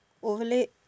oh really